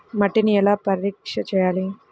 మట్టిని ఎలా పరీక్ష చేయాలి?